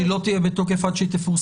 שהיא לא תהיה בתוקף עד שהיא תפורסם?